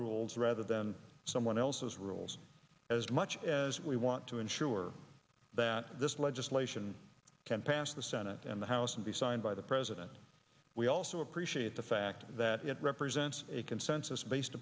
rules rather than someone else's rules as much as we want to ensure that this legislation can pass the senate and the house and be signed by the president we also appreciate the fact that it represents a consensus based